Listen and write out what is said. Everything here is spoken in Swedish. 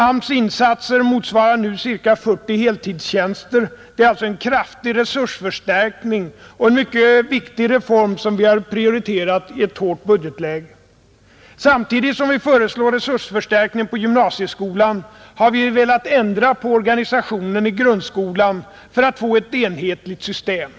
AMS:s insatser motsvarar nu ca 40 heltidstjänster. Det är alltså en kraftig resursförstärkning och en mycket viktig reform som vi har prioriterat i ett hårt budgetläge. Samtidigt som vi föreslår resursförstärkning i gymnasieskolan har vi velat ändra på organisationen i grundskolan för att få ett enhetligt system.